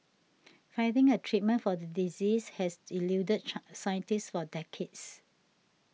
finding a treatment for the disease has eluded trans scientists for decades